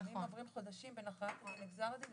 לפעמים עוברים חודשים בין הכרעת הדין לגזר הדין.